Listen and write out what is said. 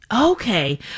okay